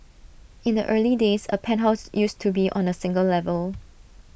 in the early days A penthouse used to be on A single level